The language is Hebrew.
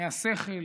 מהשכל,